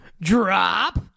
drop